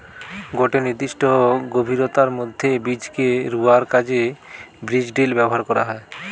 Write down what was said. গটে নির্দিষ্ট গভীরতার মধ্যে বীজকে রুয়ার কাজে বীজড্রিল ব্যবহার করা হয়